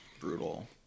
brutal